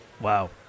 wow